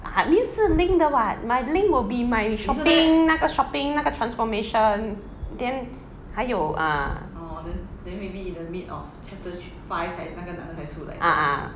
I mean 是 linked 的 what my link will be my shopping 那个 shopping 那个 transformation then 还有 uh ah ah